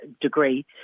degree